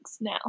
now